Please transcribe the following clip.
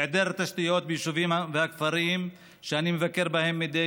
היעדר תשתיות ביישובים ובכפרים שאני מבקר בהם מדי